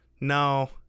no